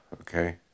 okay